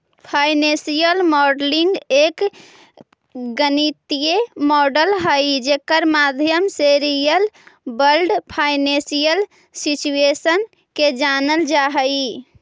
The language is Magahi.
फाइनेंशियल मॉडलिंग एक गणितीय मॉडल हई जेकर माध्यम से रियल वर्ल्ड फाइनेंशियल सिचुएशन के जानल जा हई